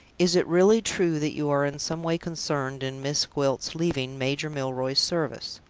is it really true that you are in some way concerned in miss gwilt's leaving major milroy's service?